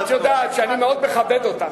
את יודעת שאני מאוד מכבד אותך.